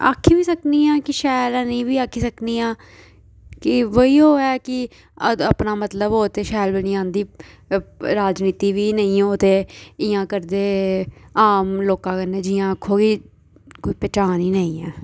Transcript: आक्खी बी सकनी आं कि शैल ऐ नेईं बी आक्खी सकनी आं कि बही ओह् ऐ कि अपना मतलब हो ते शैल बनी जंदी राजनीति बी नेईं होऐ ते इ'यां करदे आम लोकां कन्नै जियां खोई कोई पैह्चान ई नेईं ऐ